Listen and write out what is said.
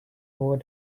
ward